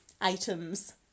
items